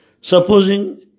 Supposing